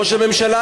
ראש הממשלה,